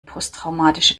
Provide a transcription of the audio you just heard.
posttraumatische